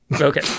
Okay